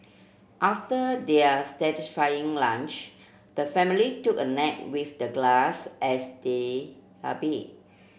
after their satisfying lunch the family took a nap with the grass as their a bed